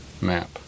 map